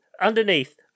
underneath